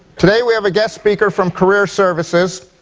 today we have a guest speaker from career services,